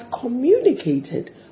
communicated